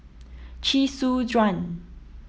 Chee Soon Juan